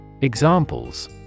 Examples